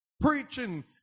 preaching